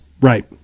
right